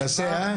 תעשה את זה, אה?